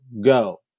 go